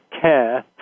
care